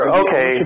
okay